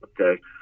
okay